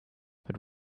but